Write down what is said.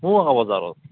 ময়ো আছোঁ বজাৰত